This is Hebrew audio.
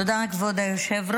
תודה, כבוד היושב-ראש.